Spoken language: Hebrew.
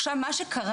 עכשיו מה שקרה,